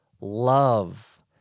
love